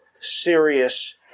serious